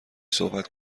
صحبت